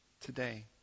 today